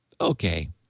okay